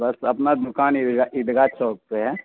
بس اپنا دکان عید عیدگاہ چوک پہ ہے